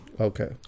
Okay